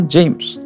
James